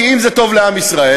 כי אם זה טוב לעם ישראל,